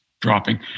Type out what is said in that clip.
dropping